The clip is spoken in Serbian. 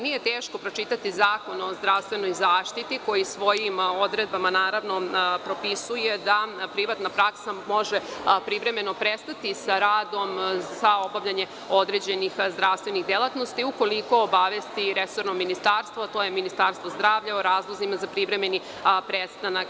Nije teško pročitati Zakon o zdravstvenoj zaštiti koji svojim odredbama propisuje da privatna praksa može privremeno prestati sa radom, sa obavljanjem određenih zdravstvenih delatnosti ukoliko obavesti resorno ministarstvo, a to je Ministarstvo zdravlja o razlozima za privremeni prestanak.